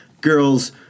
girls